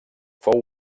fou